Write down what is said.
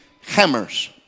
hammers